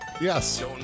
Yes